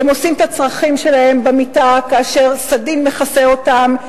הם עושים את הצרכים שלהם במיטה כאשר סדין מכסה אותם,